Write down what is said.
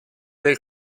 del